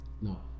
no